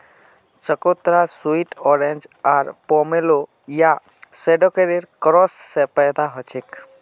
चकोतरा sweet orange आर pomelo या शैडॉकेर क्रॉस स पैदा हलछेक